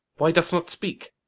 why dost not speak?